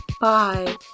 Bye